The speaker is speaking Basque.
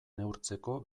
neurtzeko